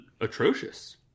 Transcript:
atrocious